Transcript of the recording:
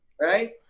right